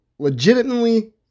legitimately